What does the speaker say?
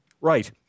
Right